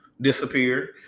disappear